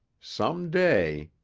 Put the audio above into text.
some day